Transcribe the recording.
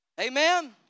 Amen